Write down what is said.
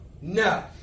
No